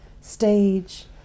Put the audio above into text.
stage